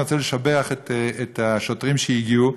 אני רוצה לשבח את השוטרים שהגיעו,